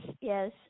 yes